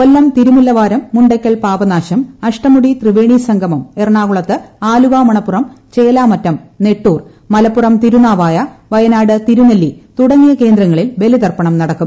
കൊല്ലം തിരുമുല്ലവാരം മുണ്ടയ്ക്ക്ക്ക് പാപനാശം അഷ്ടമുടി തൃവേണി സംഗമം എറണാകുളത്ത് ിആ്ലുവ മണപ്പുറം ചേലാമറ്റം നെട്ടൂർ മലപ്പുറം തിരുനാവായി വയനാട് തിരുനെല്ലി തുടങ്ങിയ കേന്ദ്രങ്ങളിൽ ബലിതർപ്പണ്ടു നട്ടക്കും